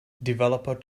developer